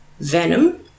Venom